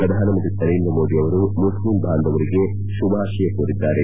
ಪ್ರಧಾನಮಂತ್ರಿ ನರೇಂದ್ರ ಮೋದಿ ಅವರು ಮುಸ್ಲಿಂ ಬಾಂಧವರಿಗೆ ಶುಭಾಶಯ ಕೋರಿದ್ದಾರೆ